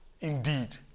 indeed